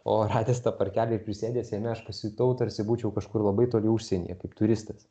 o radęs tą parkelį ir prisėdęs jame aš pasijutau tarsi būčiau kažkur labai toli užsienyje kaip turistas